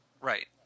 Right